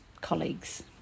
colleagues